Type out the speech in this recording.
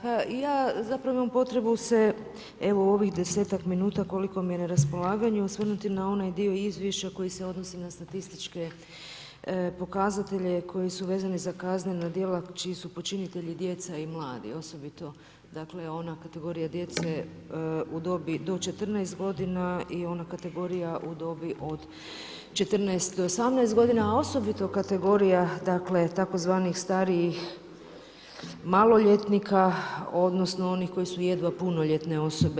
Pa ja zapravo imam potrebu se evo u ovih desetak minuta koliko mi je na raspolaganju osvrnuti na onaj dio izvješća koji se odnosi na statističke pokazatelje koji su vezani za kaznena djela čiji su počinitelji djeca i mladi, osobito ona kategorija djece u dobi do 14 godina i ona kategorija u dobi od 14 do 18 godina, a osobito kategorija tzv. starijih maloljetnika odnosno onih koji su jedva punoljetne osobe.